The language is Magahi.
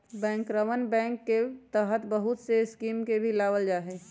बैंकरवन बैंक के तहत बहुत से स्कीम के भी लावल जाहई